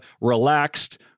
relaxed